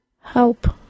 Help